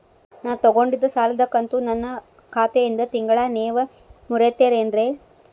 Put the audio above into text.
ನಾ ತೊಗೊಂಡಿದ್ದ ಸಾಲದ ಕಂತು ನನ್ನ ಖಾತೆಯಿಂದ ತಿಂಗಳಾ ನೇವ್ ಮುರೇತೇರೇನ್ರೇ?